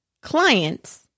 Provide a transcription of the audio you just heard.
clients